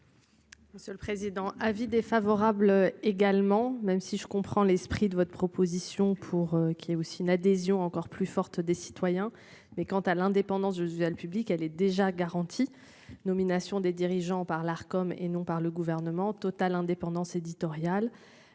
Monsieur le président, avis défavorable également même si je comprends l'esprit de votre proposition pour qui est aussi une adhésion encore plus forte des citoyens, mais quant à l'indépendance. Je suis le public, elle est déjà garanti nomination des dirigeants par l'Arcom et non par le gouvernement totale indépendance éditoriale.